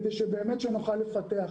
כדי שנוכל לפתח אותן.